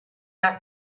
out